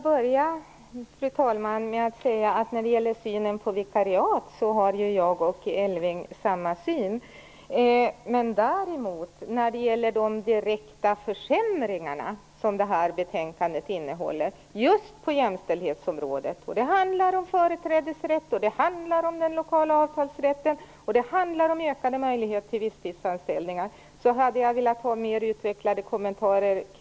Fru talman! Elving Andersson och jag har samma syn på vikariaten. När det däremot gäller de direkta försämringar som det här betänkandet innehåller just på jämställdhetsområdet - där det ju handlar om företrädesrätten, om den lokala avtalsrätten och om ökade möjligheter till visstidsanställningar - skulle jag önska mer utvecklade kommentarer.